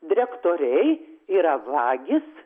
direktoriai yra vagys